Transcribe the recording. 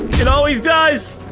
it always does.